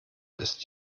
ist